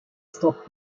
stop